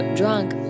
drunk